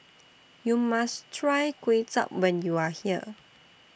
YOU must Try Kway Chap when YOU Are here